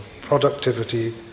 productivity